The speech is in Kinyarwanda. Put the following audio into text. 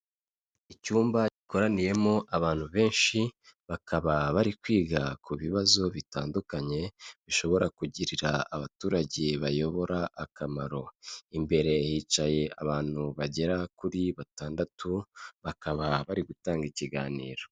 Icyumba gikoraniyemo abantu benshi, bakaba bari kwiga ku bibazo bitandukanye bishobora kugirira abaturage bayobora akamaro, imbere hicaye abantu bagera kuri batandatu bakaba bari gutanga ikiganiro.